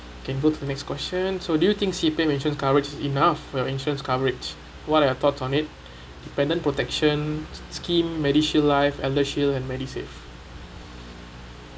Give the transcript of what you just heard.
can go to the next question so do you think C_P_F insurance coverage is enough for insurance coverage what are your thoughts on it dependent protection scheme medishield life eldershield and medisave